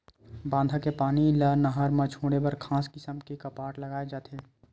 बांधा के पानी ल नहर म छोड़े बर खास किसम के कपाट लगाए जाथे